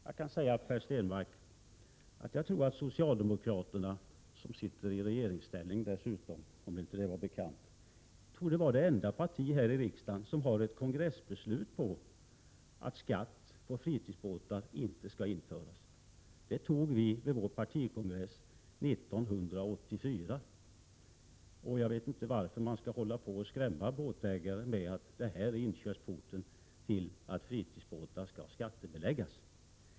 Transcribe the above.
Jag kan säga till Per Stenmarck att jag tror att socialdemokraterna — och vi sitter i regeringen nu — torde vara det enda parti som har ett kongressbeslut på att skatt på fritidsbåtar inte skall införas. Det antogs på vår partikongress 1984. Varför skall man skrämma båtägare med att detta är inkörsporten till skattebeläggning?